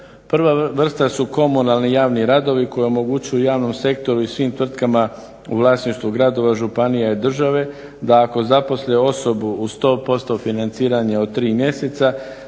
Prva vrsta su komunalni javni radovi koji omogućuju javnom sektoru i svim tvrtkama u vlasništvu gradova, županija i države da ako zaposle osobe uz 100% financiranje od 3 mjeseca